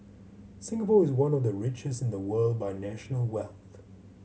Singapore is one of the richest in the world by national wealth